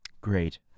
Great